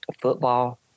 football